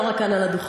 לא רק כאן על הדוכן.